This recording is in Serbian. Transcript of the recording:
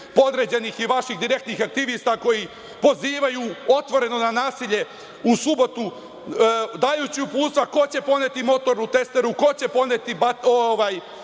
podređenih i vaših direktnih aktivista koji pozivaju otvoreno na nasilje u subotu, dajući uputstva ko će poneti motornu testeru, ko će poneti